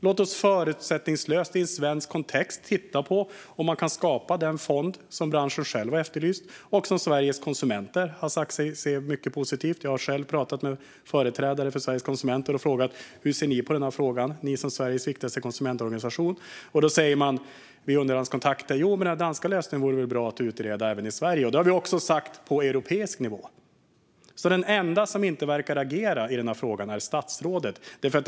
Låt oss förutsättningslöst, i en svensk kontext, titta på om man kan skapa den fond som branschen själv har efterlyst och som Sveriges konsumenter har sagt sig se mycket positivt på. Jag har själv pratat med företrädare för Sveriges Konsumenter och frågat hur de som Sveriges viktigaste konsumentorganisation ser på frågan, och vid underhandskontakter säger de att den danska lösningen väl vore bra att utreda även i Sverige. Det har vi också sagt på europeisk nivå. Den enda som inte verkar agera i frågan är alltså statsrådet.